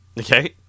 Okay